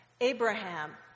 Abraham